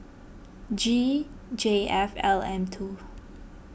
G J F L M two